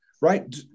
right